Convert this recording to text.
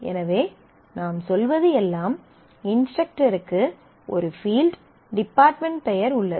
எனவே நாம் சொல்வது எல்லாம் இன்ஸ்ட்ரக்டருக்கு ஒரு ஃபீல்ட் டிபார்ட்மென்ட் பெயர் உள்ளது